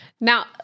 Now